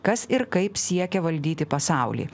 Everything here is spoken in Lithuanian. kas ir kaip siekia valdyti pasaulį